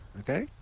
okay?